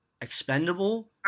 expendable